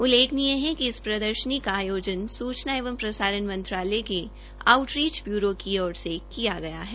उल्लेनीय है कि प्रदर्शनी का आयोजन सूचना एवं प्रसारण मंत्रालय के आऊटरीच ब्यूरों के ओर से किया गया है